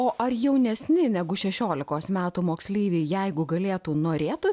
o ar jaunesni negu šešiolikos metų moksleiviai jeigu galėtų norėtų